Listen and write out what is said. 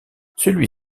celui